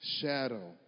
shadow